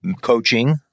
coaching